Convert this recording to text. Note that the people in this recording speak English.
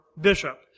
bishop